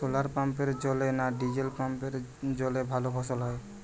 শোলার পাম্পের জলে না ডিজেল পাম্পের জলে ভালো ফসল হয়?